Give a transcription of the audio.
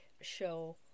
show